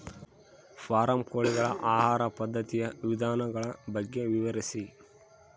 Form ಕೋಳಿಗಳ ಆಹಾರ ಪದ್ಧತಿಯ ವಿಧಾನಗಳ ಬಗ್ಗೆ ವಿವರಿಸಿ?